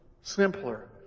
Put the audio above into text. simpler